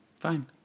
Fine